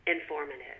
Informative